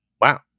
Wow